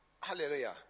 hallelujah